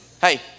Hey